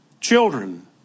Children